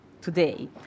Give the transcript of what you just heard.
today